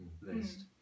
list